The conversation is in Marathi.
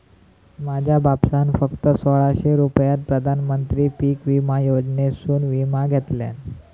माझ्या बापसान फक्त सोळाशे रुपयात प्रधानमंत्री पीक विमा योजनेसून विमा घेतल्यान